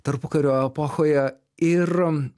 tarpukario epochoje ir